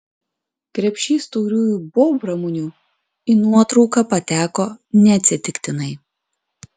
krepšys tauriųjų bobramunių į nuotrauką pateko neatsitiktinai